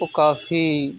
ਉਹ ਕਾਫੀ